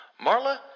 Marla